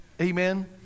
Amen